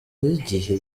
y’igihe